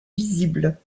visibles